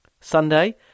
Sunday